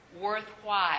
worthwhile